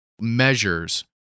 measures